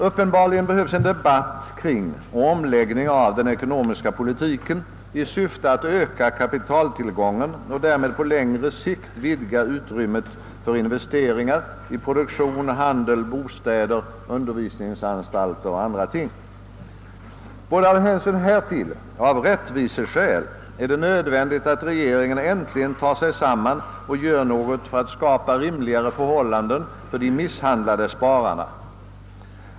Uppenbarligen behövs en debatt kring och omläggning av den ekonomiska politiken i syfte att öka kapitaltillgången och därmed på längre sikt vidga utrymmet för investeringar i produktion, handel, bostäder, undervisningsanstalter m.m. Både av hänsyn härtill och av rättviseskäl är det nödvändigt att regeringen äntligen tar sig samman och gör något för att skapa rimligare förhållanden för de misshandlade spararna.